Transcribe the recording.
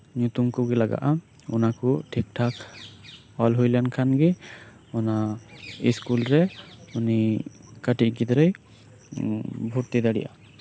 ᱧᱩᱛᱩᱢ ᱠᱚᱜᱮ ᱞᱟᱜᱟᱜᱼᱟ ᱚᱱᱟ ᱠᱚ ᱴᱷᱤᱠ ᱴᱷᱟᱠ ᱚᱞ ᱦᱳᱭ ᱞᱮᱱᱠᱷᱟᱱ ᱜᱮ ᱚᱱᱟ ᱥᱠᱩᱞ ᱨᱮ ᱩᱱᱤ ᱠᱟᱹᱴᱤᱡ ᱜᱤᱫᱽᱨᱟᱹᱭ ᱵᱷᱚᱨᱛᱤ ᱫᱟᱲᱮᱭᱟᱜᱼᱟ